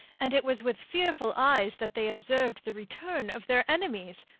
and it was with fearful eyes that they observed the return of their enemies,